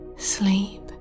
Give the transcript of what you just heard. Sleep